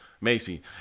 Macy